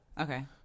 Okay